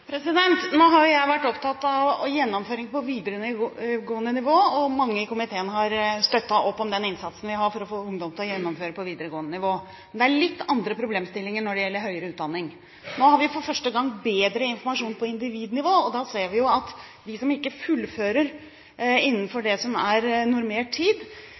Nå har jo jeg vært opptatt av gjennomføring på videregående nivå, og mange i komiteen har støttet opp om den innsatsen vi har for å få ungdom til å gjennomføre på videregående nivå. Det er litt andre problemstillinger når det gjelder høyere utdanning. Nå har vi for første gang bedre informasjon på individnivå, og da ser vi at de som ikke fullfører innenfor det som er normert tid,